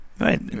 Right